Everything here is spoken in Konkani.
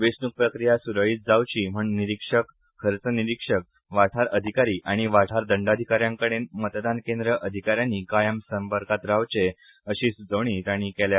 वेचणूक प्रक्रिया सूरळीत जावची म्हण निरीक्षक खर्च निरीक्षक वाठार अधिकारी आनी वाठार दंडाधिकाऱ्यांकडेन मतदान केंद्र अधिका यांनी कायम संपर्कात रावचे अशी सूचोवणी तांणी केल्या